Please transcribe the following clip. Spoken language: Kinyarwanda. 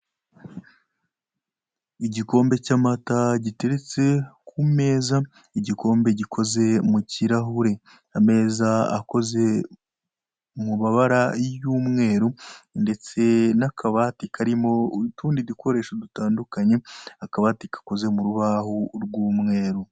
Igikombe cy'amata giteretse ku meza, igikombe gikoze mu kirahure. Ameza akoze mu mabara y'umweru ndetse n'akabati karimo utundi dukoresho dutandukanye, akabati gakoze mu rubaho rw'umweru.